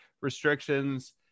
restrictions